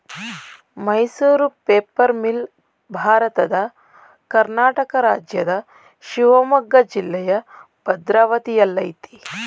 Mysuru paper mill ಭಾರತದ ಕರ್ನಾಟಕ ರಾಜ್ಯದ ಶಿವಮೊಗ್ಗ ಜಿಲ್ಲೆಯ ಭದ್ರಾವತಿಯಲ್ಲಯ್ತೆ